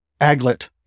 Aglet